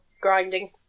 grinding